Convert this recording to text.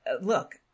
look